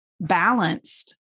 balanced